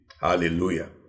Hallelujah